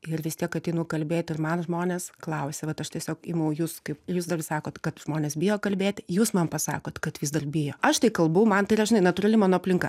ir vis tiek ateinu kalbėti ir man žmonės klausia vat aš tiesiog imu jus kaip jūs dar sakot kad žmonės bijo kalbėti jūs man pasakot kad vis dar bijo aš tai kalbu man tai yra žinai natūrali mano aplinka